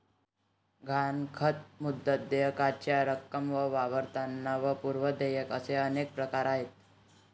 गहाणखत, मुदत, देयकाची रक्कम व वारंवारता व पूर्व देयक असे अनेक प्रकार आहेत